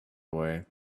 away